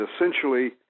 essentially